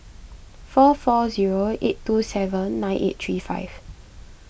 four four zero eight two seven nine eight three five